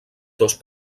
dos